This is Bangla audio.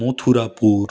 মথুরাপুর